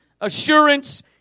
assurance